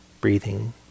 breathing